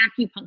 acupuncture